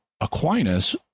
Aquinas